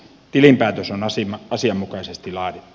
tilinpäätös on asianmukaisesti laadittu